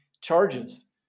charges